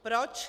Proč?